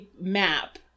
map